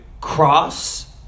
cross